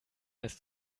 ist